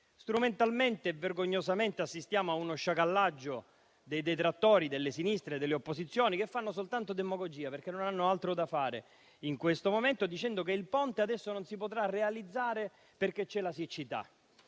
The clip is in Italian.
Strumentalmente e vergognosamente assistiamo a uno sciacallaggio delle sinistre e delle opposizioni che fanno soltanto demagogia, perché non hanno altro da fare in questo momento, dicendo che il Ponte adesso non si potrà realizzare perché c'è la siccità.